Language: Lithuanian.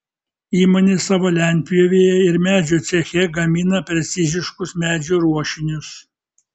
įmonė savo lentpjūvėje ir medžio ceche gamina preciziškus medžio ruošinius